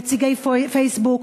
נציגי פייסבוק,